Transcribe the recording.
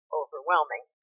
overwhelming